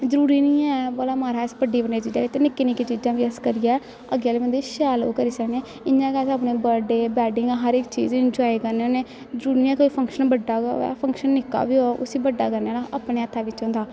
जरूरी नेईं ऐ भला म्हाराज अस बड्डी बड्डी चीजें ते निक्की निक्की चीजां बी अस करियै अग्गें आह्ले बंदे गी शैल ओह् करी सकने इ'यां गै अस अपने बर्डे बेडिंगां हर इक चीज इनजाए करने होन्ने जरूरी निं ऐ कोई फंक्शन बड्डा गै होऐ फंक्शन निक्का बी होऐ उस्सी बड्डा करने ना अस अपने हत्थै बिच्च होंदा